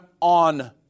on